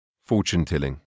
Fortune-telling